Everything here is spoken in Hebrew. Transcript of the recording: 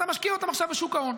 ואתה משקיע אותם עכשיו בשוק ההון,